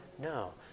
No